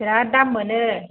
बिराथ दाम मोनो